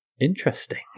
Interesting